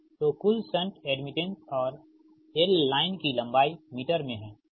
तो कुल shunt admittance और l लाइन की लंबाई मीटर में है